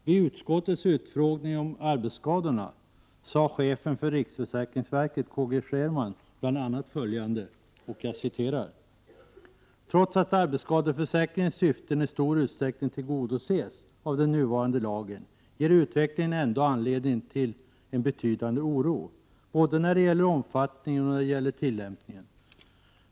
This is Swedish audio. Vid utskottets utfrågning om arbetsskadorna sade chefen för riksförsäkringsverket, K G Scherman, bl.a. följande: ”Trots att arbetsskadeförsäkringens syften i stor utsträckning tillgodoses av den nuvarande lagen ger utvecklingen ändå anledning till en betydande oro, både när det gäller omfattningen och när det gäller tillämpningen.